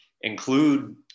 include